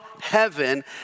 heaven